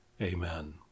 Amen